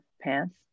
pants